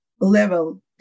level